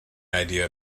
idea